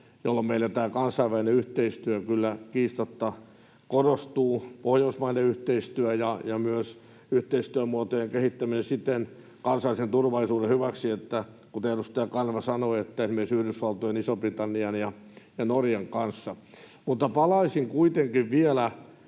jolloin meillä tämä kansainvälinen yhteistyö kyllä kiistatta korostuu, Pohjoismaiden yhteistyö ja myös yhteistyömuotojen kehittäminen siten kansallisen turvallisuuden hyväksi, kuten edustaja Kanerva sanoi, esimerkiksi Yhdysvaltojen, Ison-Britannian ja Norjan kanssa. Mutta palaisin kuitenkin vielä